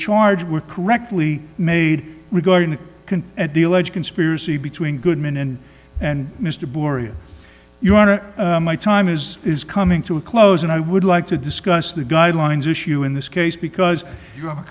charge were correctly made regarding the can at the alleged conspiracy between goodman and and mr boria you want to my time is is coming to a close and i would like to discuss the guidelines issue in this case because you have a